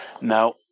Now